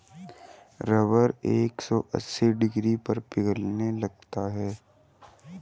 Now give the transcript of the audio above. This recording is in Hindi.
रबर एक सौ अस्सी डिग्री पर पिघलने लगता है